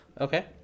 Okay